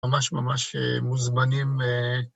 ממש-ממש אה... מוזמנים אה...